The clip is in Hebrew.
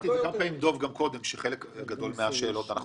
אמרתי גם קודם שחלק גדול מהשאלות אנחנו